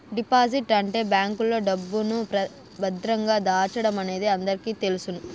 deposit అంటే బ్యాంకులో డబ్బును భద్రంగా దాచడమనేది అందరికీ తెలుసును